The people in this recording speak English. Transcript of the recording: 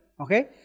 Okay